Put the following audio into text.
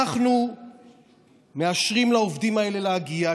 אנחנו מאשרים לעובדים האלה להגיע,